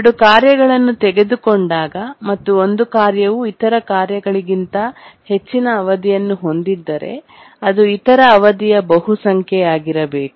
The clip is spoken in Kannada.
ಎರಡು ಕಾರ್ಯಗಳನ್ನು ತೆಗೆದುಕೊಂಡಾಗ ಮತ್ತು ಒಂದು ಕಾರ್ಯವು ಇತರ ಕಾರ್ಯಗಳಿಗಿಂತ ಹೆಚ್ಚಿನ ಅವಧಿಯನ್ನು ಹೊಂದಿದ್ದರೆ ಅದು ಇತರ ಅವಧಿಯ ಬಹುಸಂಖ್ಯೆಯಾಗಿರಬೇಕು